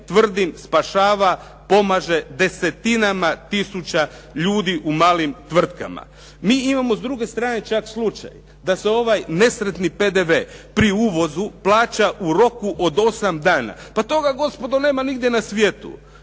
tvrdim spašava, pomaže desetinama tisuća ljudi u malim tvrtkama. Mi imamo s druge strane čak slučaj da se ovaj nesretni PDV pri uvozu plaća u roku od osam dana. Pa toga gospodo nema nigdje na svijetu.